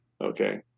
Okay